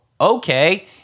okay